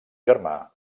germà